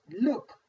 Look